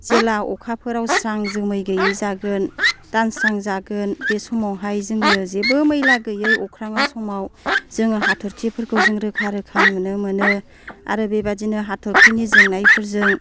जेब्ला अखाफोराव स्रां जोमै गैयै जागोन दानस्रां जागोन बे समावहाय जोङो जेबो मैला गैयै अख्राङाव समाव जोङो हाथरखिफोरखौ जों रोखा रोखा नुनो मोनो आरो बेबादिनो हाथरखिनि जोंनायफोरजों